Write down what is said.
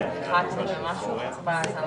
כל היטל השבחה מתבסס על